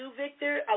Victor